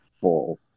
full